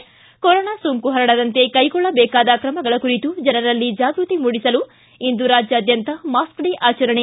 ಿಗ corona ಸೋಂಕು ಹರಡದಂತೆ ಕೈಗೊಳ್ಳಬೇಕಾದ ಕ್ರಮಗಳ ಕುರಿತು ಜನರಲ್ಲಿ ಜಾಗ್ಟತಿ ಮೂಡಿಸಲು ಇಂದು ರಾಜ್ಯಾದ್ಯಂತ ಮಾಸ್ ಡೇ ಆಚರಣೆ